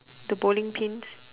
the bowling pins